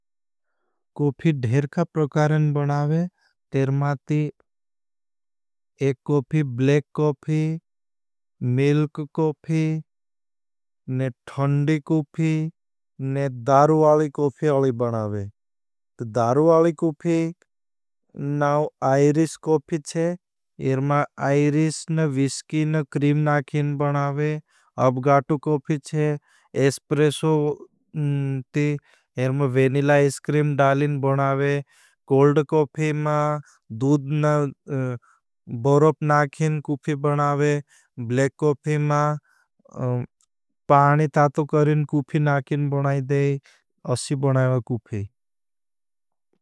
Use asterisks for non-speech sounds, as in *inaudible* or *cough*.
कोफी धेरखा प्रकारन बनावे, तेरमा ती *hesitation* एक coffee, black coffee, milk coffee. ने थंदी कोफी, ने दारु वाली कोफी अलि बनावे, दारु वाली कोफी, नाव आईरिश कोफी छे, इरमा आईरिश। न विस्की न क्रीम नाखिन बनावे, अपगाट कोफी छे, एस्प्रेसो ती, इरमा वेनिल ऐस्क्रीम डालिं बनावे। कोल्ड कोफी मा, दूद बॉरौप नाखिन कोफी बनावे, बलेक कोफी मा, *hesitation* पानी तातो करिं कोफी नाखिन बनाइ देई, असी बनावा कोफी।